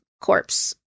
corpse